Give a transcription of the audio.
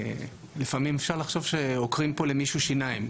לפעמים אפשר לחשוב שעוקרים פה למישהו שיניים.